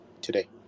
today